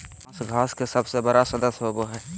बाँस घास के सबसे बड़ा सदस्य होबो हइ